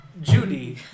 Judy